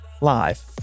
Live